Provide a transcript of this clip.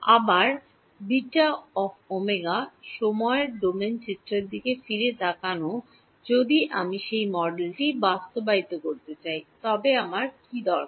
আবার সময়ের ডোমেন চিত্রের দিকে ফিরে তাকানো যদি আমি সেই মডেলটি বাস্তবায়িত করতে চাই তবে আমার কী দরকার